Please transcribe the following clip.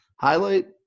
Highlight